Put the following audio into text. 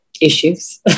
issues